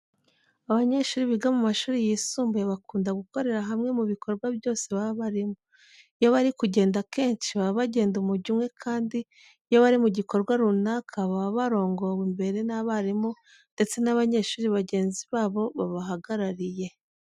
Abanyeshuri biga mu mashuri yisumbuye bakunda gukorera hamwe mu bikorwa byose baba barimo. Iyo bari kugenda akenshi baba bagenda umujyo umwe kandi iyo bari mu gikorwa runaka baba barongowe imbere n'abarimu ndetse n'abanyeshuri bagenzi babo babahagarariye.